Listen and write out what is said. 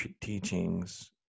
teachings